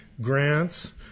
grants